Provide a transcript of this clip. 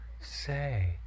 say